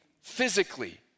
physically